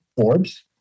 Forbes